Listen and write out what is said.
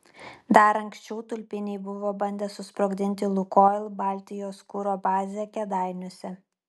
dar anksčiau tulpiniai buvo bandę susprogdinti lukoil baltijos kuro bazę kėdainiuose